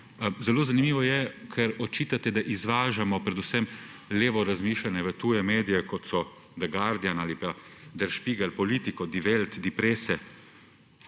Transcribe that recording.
Zelo zanimivo je, ker očitate, da izvažamo predvsem levo razmišljanje v tuje medije, kot so The Guardian ali pa Der Spiegel, politiko – Die Welt, Die Presse,